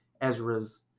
Ezra's